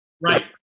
Right